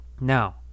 Now